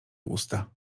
usta